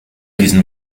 diesen